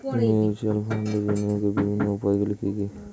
Mutual ফান্ডে বিনিয়োগের বিভিন্ন উপায়গুলি কি কি?